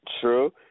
True